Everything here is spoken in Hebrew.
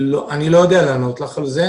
אני לא יודע לענות לך על זה.